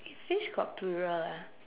fish got plural ah